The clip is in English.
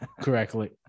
correctly